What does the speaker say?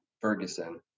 Ferguson